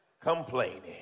complaining